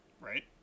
Right